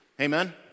Amen